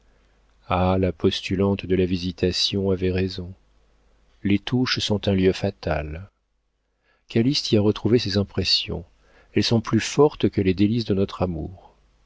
ah la postulante de la visitation avait raison les touches sont un lieu fatal calyste y a retrouvé ses impressions elles sont plus fortes que les délices de notre amour